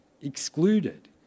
excluded